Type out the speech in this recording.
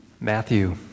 Matthew